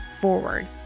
forward